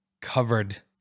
covered